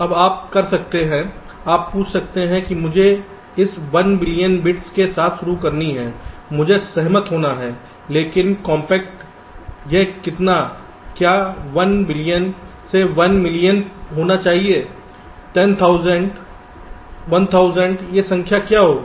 अब आप कर सकते हैं आप पूछ सकते हैं कि मुझे इस 1 बिलियन बिट्स के साथ शुरुआत करनी है मुझे सहमत होना है लेकिन कॉम्पैक्ट यह कितना क्या 1 बिलियन से 1 मिलियन होना चाहिए 10000 1000 यह संख्या क्या होगी